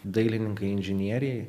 dailininkai inžinieriai